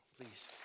please